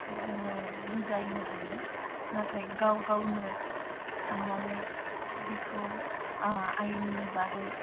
जोङो बुजायनो हायो नाथाय गाव गावनो थांनानै बेखौ आयेननि बादै